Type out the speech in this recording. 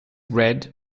red